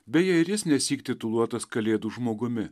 beje ir jis nesyk tituluotas kalėdų žmogumi